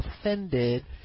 offended